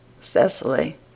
Cecily